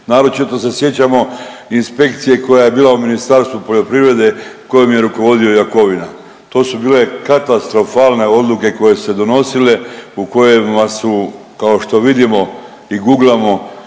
Naročito se sjećamo inspekcije koja je bila u Ministarstvu poljoprivrede kojom je rukovodio Jakovina. To su bile katastrofalne odluke koje su se donosile u kojima su kao što vidimo i guglamo